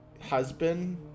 husband